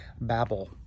babble